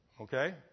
Okay